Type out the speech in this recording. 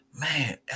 man